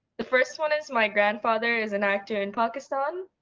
the first one is my grandfather is an actor in pakistan.